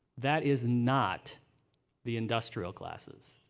that is not the industrial classes.